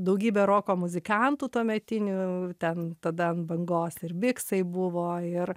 daugybe roko muzikantų tuometinių ten tada ant bangos ir biksai buvo ir